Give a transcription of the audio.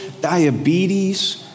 diabetes